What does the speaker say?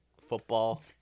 football